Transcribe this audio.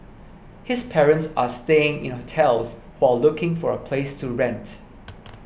his parents are staying in hotels while looking for a place to rent